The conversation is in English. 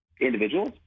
individuals